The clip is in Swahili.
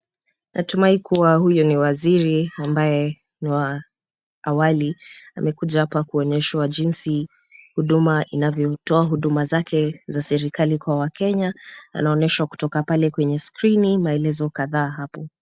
Natumai kuwa huyu ni waziri ambaye ni wa awali amekuja hapa kuonyeshwa jinsi huduma inavyotoa huduma zake za serikali kwa wakenya. Anaoneshwa kutoka pale kwenye skrini maelezo kadhaa hapo.